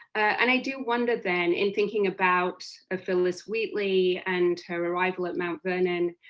and i do wonder then in thinking about ah phillis wheatley and her arrival at mount vernon,